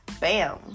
Bam